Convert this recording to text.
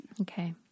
Okay